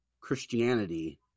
christianity